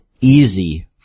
easy